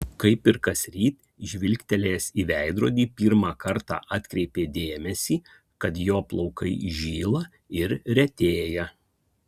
kaip ir kasryt žvilgtelėjęs į veidrodį pirmą kartą atkreipė dėmesį kad jo plaukai žyla ir retėja